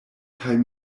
kaj